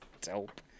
dope